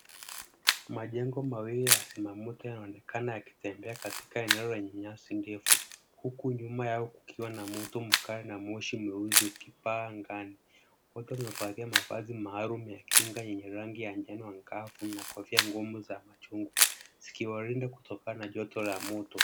Majengo mawili ya wazima moto yanaonekana yakitembea katika eneo lenye nyasi ndefu, huku nyuma yao kukiwa na mto mkali na moshi mweusi ukipaa angani. Wote wamevalia mavazi maalum ya kinga yenye rangi ya njano angavu na kofia ngumu za machungwa, zikiwalinda kutokana na joto la moto.